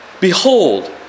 Behold